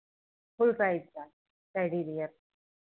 full size का teddy beer